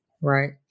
Right